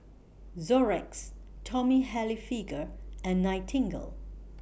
Xorex Tommy Hilfiger and Nightingale